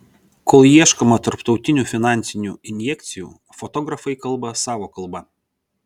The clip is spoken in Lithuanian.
kol ieškoma tarptautinių finansinių injekcijų fotografai kalba savo kalba